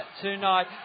tonight